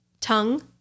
Tongue